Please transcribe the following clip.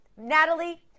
Natalie